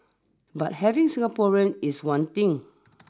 but having Singaporeans is one thing